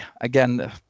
again